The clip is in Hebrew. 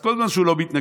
אז כל זמן שהוא לא מתנגש,